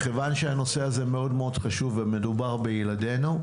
מכיוון שהנושא הזה מאוד מאוד חשוב ומדובר בילדינו.